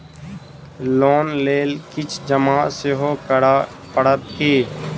Loan लेल किछ जमा सेहो करै पड़त की?